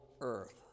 earth